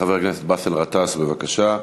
חבר הכנסת באסל גטאס, בבקשה.